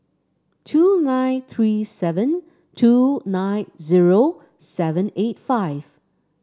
two nine three seven two nine zero seven eight five